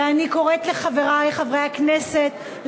ואני קוראת לחברי חברי הכנסת,